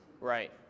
Right